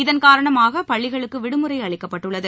இதன்காரணமாக பள்ளிகளுக்கு விடுமுறை அளிக்கப்பட்டுள்ளது